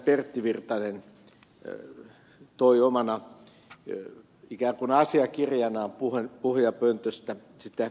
pertti virtanen omana ikään kuin asiakirjanaan puhujapöntöstä esitteli